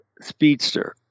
Speedster